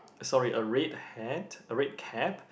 sorry a red hat a red cap